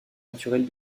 naturelle